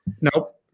Nope